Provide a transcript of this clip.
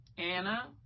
Anna